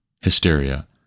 hysteria